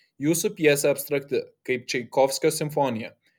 jūsų pjesė abstrakti kaip čaikovskio simfonija